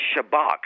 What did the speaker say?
shabak